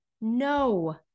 No